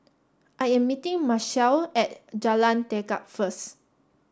I am meeting Machelle at Jalan Tekad first